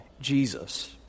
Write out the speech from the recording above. Jesus